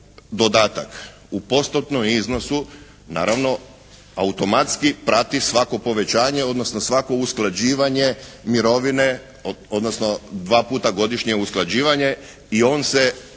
dodatak u postotnom iznosu naravno automatski prati svako povećanje odnosno svako usklađivanje mirovine. Odnosno dva puta godišnje usklađivanje. I on se